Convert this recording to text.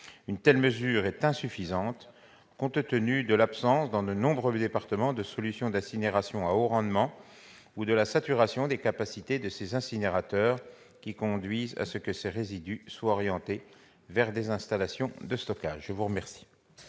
Une telle mesure est insuffisante, compte tenu de l'absence, dans de nombreux départements, de solution d'incinération à haut rendement, ou de la saturation des capacités de ces incinérateurs, qui conduisent à ce que ces résidus soient orientés vers des installations de stockage. La parole